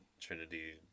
Trinity